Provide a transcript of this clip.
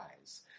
eyes